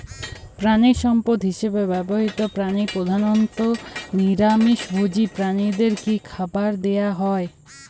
প্রাণিসম্পদ হিসেবে ব্যবহৃত প্রাণী প্রধানত নিরামিষ ভোজী প্রাণীদের কী খাবার দেয়া হয়?